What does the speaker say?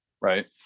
Right